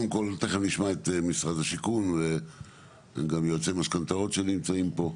תיכף נשמע את משרד השיכון וגם יועצי משכנתאות שנמצאים פה,